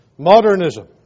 Modernism